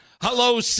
Hello